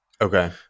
okay